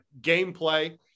gameplay